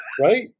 right